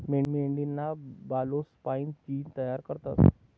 मेंढीना बालेस्पाईन जीन तयार करतस